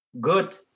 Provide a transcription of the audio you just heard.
good